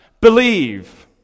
believe